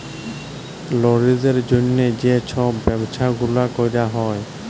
লারিদের জ্যনহে যে ছব ব্যবছা গুলা ক্যরা হ্যয়